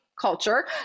culture